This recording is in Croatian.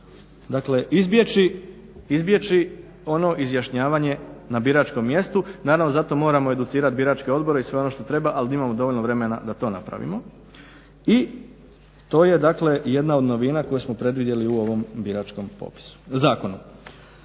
ćemo izbjeći ono izjašnjavanje na biračkom mjestu, naravno zato moramo educirat biračke odbore i sve ono što treba, ali imamo dovoljno vremena da to napravimo. I to je dakle jedna od novina koju smo predvidjeli u ovom biračkom zakonu.